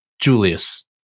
Julius